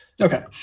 Okay